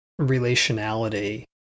relationality